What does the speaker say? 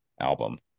album